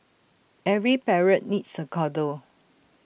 every parrot needs A cuddle